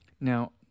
Now